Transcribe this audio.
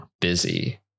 busy